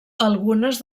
algunes